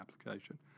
application